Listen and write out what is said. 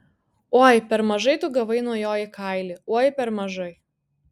oi per mažai tu gavai nuo jo į kailį oi per mažai